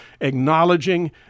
acknowledging